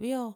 bio